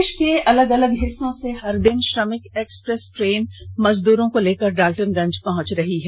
देश के अलग अलग हिस्सों से हर दिन श्रमिक एक्सप्रेस ट्रेन मजदूरों को लेकर डालटनगंज पहुंच रही है